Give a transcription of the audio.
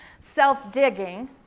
self-digging